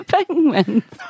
Penguins